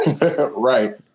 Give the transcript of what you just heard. Right